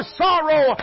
sorrow